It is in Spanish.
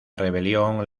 rebelión